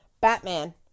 Batman